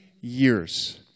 years